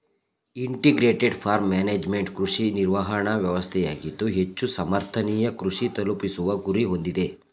integrated farm management ಕೃಷಿ ನಿರ್ವಹಣಾ ವ್ಯವಸ್ಥೆಯಾಗಿದ್ದು ಹೆಚ್ಚು ಸಮರ್ಥನೀಯ ಕೃಷಿ ತಲುಪಿಸುವ ಗುರಿ ಹೊಂದಿದೆ